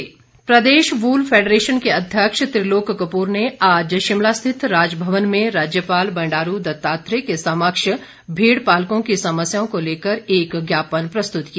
ज्ञापन प्रदेश wool federation के अध्यक्ष त्रिलोक कपूर ने आज शिमला स्थित राजभवन में राज्यपाल बंडारू दत्तात्रेय के समक्ष भेड़ पालकों की समस्याओं को लेकर एक ज्ञापन प्रस्तुत किया